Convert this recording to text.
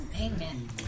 Amen